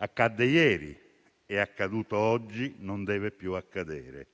Accadde ieri, è accaduto oggi, non deve più accadere.